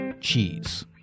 cheese